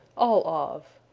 all of.